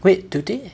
wait do they